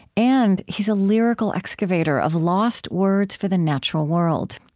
and he's a lyrical excavator of lost words for the natural world.